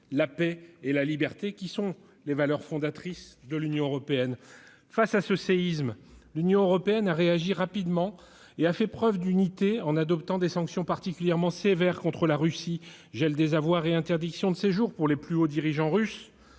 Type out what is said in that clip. la paix et la liberté, qui sont les valeurs fondatrices de l'Union européenne. Face à ce séisme, l'Union européenne a réagi rapidement et a fait preuve d'unité en adoptant des sanctions particulièrement sévères contre la Russie : gel des avoirs et interdiction de séjour pour les plus hauts dirigeants russes,